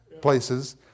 places